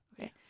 Okay